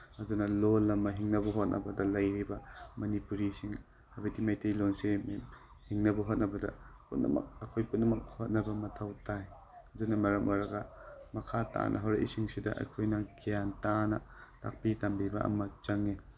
ꯑꯗꯨꯅ ꯂꯣꯟ ꯑꯃ ꯍꯤꯡꯅꯕ ꯍꯣꯠꯅꯕꯗ ꯂꯩꯔꯤꯕ ꯃꯅꯤꯄꯨꯔꯤꯁꯤꯡ ꯍꯥꯏꯕꯗꯤ ꯃꯩꯇꯩꯂꯣꯟꯁꯦ ꯍꯤꯡꯅꯕ ꯍꯣꯠꯅꯕꯗ ꯄꯨꯅꯃꯛ ꯑꯩꯈꯣꯏ ꯄꯨꯅꯃꯛ ꯍꯣꯠꯅꯕ ꯃꯊꯧ ꯇꯥꯏ ꯑꯗꯨꯅ ꯃꯔꯝ ꯑꯣꯏꯔꯒ ꯃꯈꯥ ꯇꯥꯅ ꯍꯧꯔꯛꯏꯁꯤꯡꯁꯤꯗ ꯑꯩꯈꯣꯏꯅ ꯒ꯭ꯌꯥꯟ ꯇꯥꯅ ꯇꯥꯛꯄꯤ ꯇꯝꯕꯤꯕ ꯑꯃ ꯆꯪꯏ